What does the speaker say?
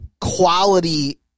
quality